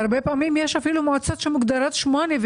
שהרבה פעמים יש אפילו מועצות שמוגרות 8,